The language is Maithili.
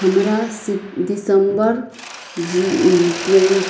हमरा सि दिसम्बर जी ट्वेन